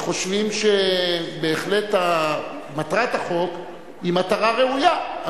חושבים שבהחלט מטרת החוק היא מטרה ראויה,